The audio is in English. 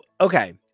okay